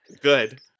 Good